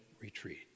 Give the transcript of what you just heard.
retreat